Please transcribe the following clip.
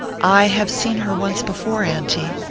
i have seen her once before, auntie.